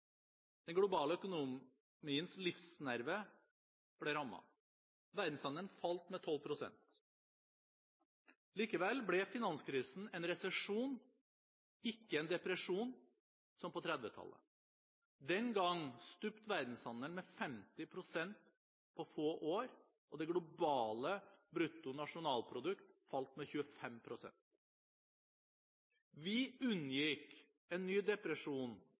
Den globale økonomiens livsnerve ble rammet. Verdenshandelen falt med 12 pst. Likevel ble finanskrisen en resesjon, ikke en depresjon som på 1930-tallet. Den gang stupte verdenshandelen med 50 pst. på få år, og det globale bruttonasjonalproduktet falt med 25 pst. Vi unngikk en ny depresjon